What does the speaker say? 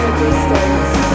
distance